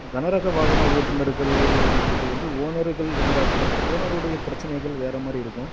கனரக வாகன ஓட்டுநர்கள் என்பது வந்து ஓனர்கள் இருந்தாக்கூட ஓனருடைய பிரச்சனைகள் வேற மாதிரி இருக்கும்